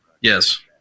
Yes